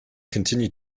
continue